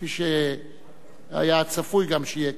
כפי שגם היה צפוי שיהיה.